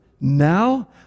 now